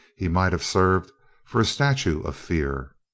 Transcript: he might have served for a statue of fear.